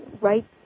right